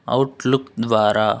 Outlook ద్వారా